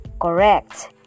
Correct